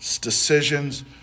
decisions